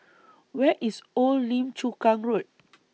Where IS Old Lim Chu Kang Road